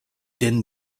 din